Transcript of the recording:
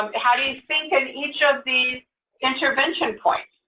um how do you think in each of these intervention points,